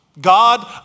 God